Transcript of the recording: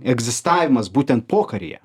egzistavimas būtent pokaryje